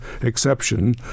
exception